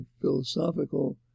philosophical